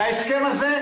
וההסכם הזה,